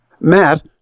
Matt